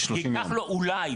זה ייקח לו אולי.